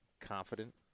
confident